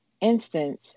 instance